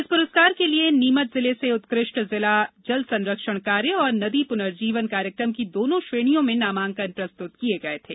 इस पुरस्कार के लिए नीमच जिले से उत्कृ ष्ट जिला जल संरक्षण कार्य एवं नदी पुनर्जीवन कार्यक्रम की दोनों श्रेणियों में नामांकन प्रस्तुत किए गए थे